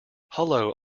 hullo